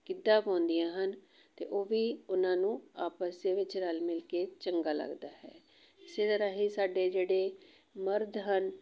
ਗਿੱਧਾ ਪਾਉਂਦੀਆਂ ਹਨ ਅਤੇ ਉਹ ਵੀ ਉਹਨਾਂ ਨੂੰ ਆਪਸ ਦੇ ਵਿੱਚ ਰਲ ਮਿਲ ਕੇ ਚੰਗਾ ਲੱਗਦਾ ਹੈ ਇਸੇ ਦੇ ਰਾਹੀਂ ਸਾਡੇ ਜਿਹੜੇ ਮਰਦ ਹਨ